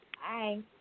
Hi